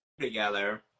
together